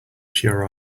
pure